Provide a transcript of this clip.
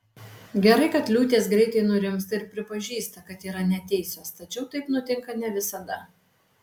gerai kad liūtės greitai nurimsta ir pripažįsta kad yra neteisios tačiau taip nutinka ne visada